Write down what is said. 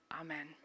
Amen